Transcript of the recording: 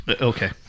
okay